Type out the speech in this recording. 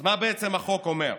אז מה בעצם החוק אומר?